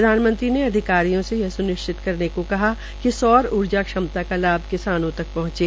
प्रधानमंत्री ने अधिकारियों से यह स्निश्चित करने को कहा कि सौर ऊर्जा क्षमता का लाभ किसानों तक पहंचे